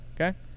Okay